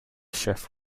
chef